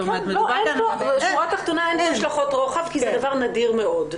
אין כאן השלכות רוחב כי זה דבר נדיר מאוד.